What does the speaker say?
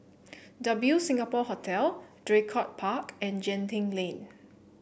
W Singapore Hotel Draycott Park and Genting Lane